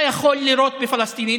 אתה יכול לירות בפלסטיני,